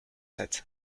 sept